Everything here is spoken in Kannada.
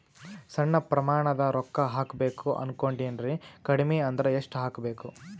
ಸಣ್ಣ ಪ್ರಮಾಣದ ರೊಕ್ಕ ಹಾಕಬೇಕು ಅನಕೊಂಡಿನ್ರಿ ಕಡಿಮಿ ಅಂದ್ರ ಎಷ್ಟ ಹಾಕಬೇಕು?